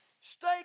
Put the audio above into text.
Stay